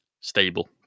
stable